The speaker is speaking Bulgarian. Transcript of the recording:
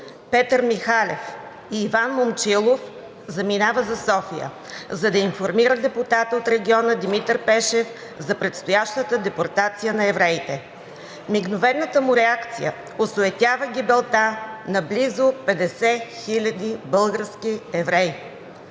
Петър Михалев и Иван Момчилов заминава за София, за да информира депутата от региона Димитър Пешев за предстоящата депортация на евреите. Мигновената му реакция осуетява гибелта на близо 50 хиляди български евреи.